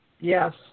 Yes